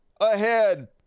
ahead